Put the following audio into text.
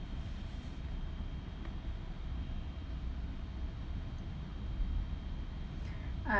err